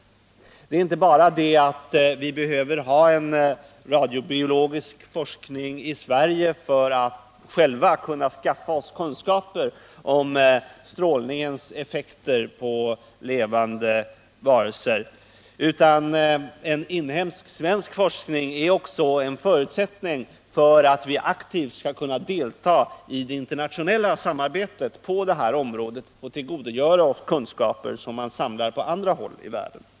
Men det är inte bara det skälet att vi behöver ha en radiobiologisk forskning i Sverige för att själva kunna skaffa oss kunskaper om strålningens effekter på levande varelser, utan en sådan inhemsk forskning är också en förutsättning för att vi skall kunna aktivt delta i det internationella samarbetet på detta område och tillgodogöra oss kunskaper som man samlar på andra håll i världen.